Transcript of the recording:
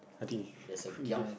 I think you should should we just